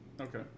Okay